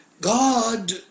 God